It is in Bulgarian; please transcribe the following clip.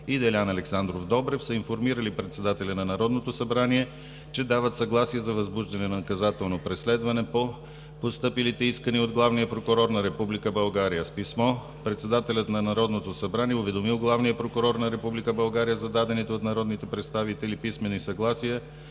и Делян Александров Добрев са информирали председателя на Народното събрание, че дават съгласие за възбуждане на наказателно преследване по постъпилите искания от главния прокурор на Република България. С писмо председателят на Народното събрание е уведомил главния прокурор на Република България за дадените от народните представители писмени съгласия